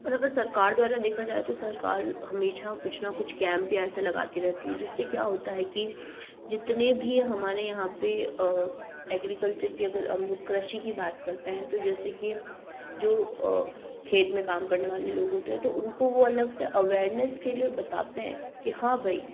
और अगर सरकार द्वारा देखा जाए तो सरकार हमेशा कुछ ना कुछ कैम्प ऐसे लगाती रहती है जिससे क्या होता है कि जितने भी हमारे यहाँ पर ऐग्रिकल्चर की अगर हम लोग कृषि की बात करते हैं तो जैसे कि जो खेत में काम करने वाले लोग होते हैं तो उनको वो अलग से अवेयरनेस के लिए बताते हैं कि हाँ भाई